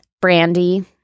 Brandy